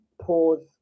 pause